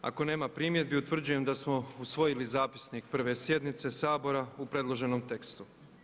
Ako nema primjedbi utvrđujem da smo usvojili zapisnik 1. sjednice Sabora u predloženom tekstu.